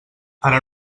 ara